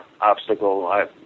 obstacle